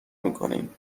میکنیم